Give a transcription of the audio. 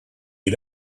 you